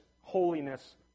holiness